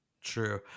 True